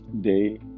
day